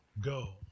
go